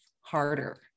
harder